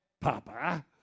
Papa